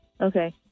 Okay